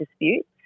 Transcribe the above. disputes